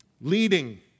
leading